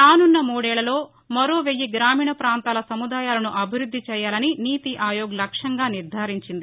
రానున్న మూడేళ్లలో మరో వేయి గ్రామీణ పాంతాల సముదాయాలను అభివృద్ది చేయాలని నీతి ఆయోగ్ లక్ష్యంగా నిర్థారించింది